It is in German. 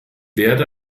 werde